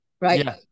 right